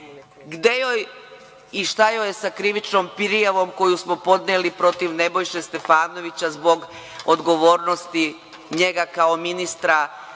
Gde je i šta je sa krivičnom prijavom koju smo podneli protiv Nebojše Stefanovića zbog odgovornosti njega kao ministra